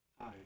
Hi